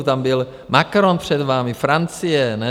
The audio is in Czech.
Tam byl Macron před vámi, Francie, ne?